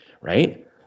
right